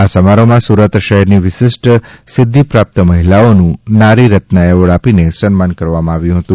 આ સમારોહમાં સુરત શહેરની વિશિષ્ટ સિદ્ધિપ્રાપ્ત મહિલાઓનું નારી રત્ન એવોર્ડ આપીને સન્માન કરાયું હતું